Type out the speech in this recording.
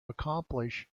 accomplish